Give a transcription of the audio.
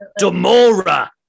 Demora